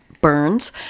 burns